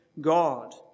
God